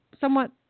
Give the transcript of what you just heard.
somewhat